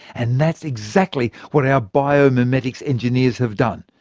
and that's exactly what our biomimetics engineers have done.